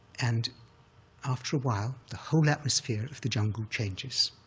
and after a while, the whole atmosphere of the jungle changes.